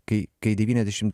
kai kai devyniasdešim